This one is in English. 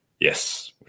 Yes